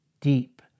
deep